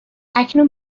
اکنون